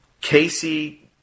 Casey